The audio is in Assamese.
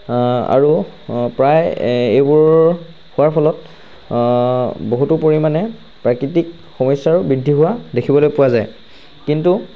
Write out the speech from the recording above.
আৰু প্ৰায় এইবোৰ হোৱাৰ ফলত বহুতো পৰিমাণে প্ৰাকৃতিক সমস্যাও বৃদ্ধি হোৱা দেখিবলৈ পোৱা যায় কিন্তু